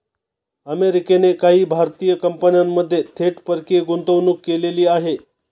अमेरिकेने काही भारतीय कंपन्यांमध्ये थेट परकीय गुंतवणूक केलेली आहे